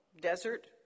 desert